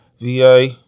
VA